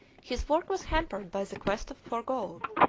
his work was hampered by the quest for gold,